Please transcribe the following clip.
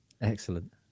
Excellent